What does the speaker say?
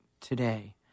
today